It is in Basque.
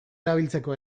erabiltzeko